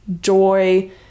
joy